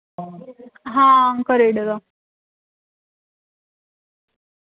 हां करी ओड़े दा